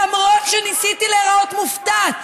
למרות שניסיתי להיראות מופתעת,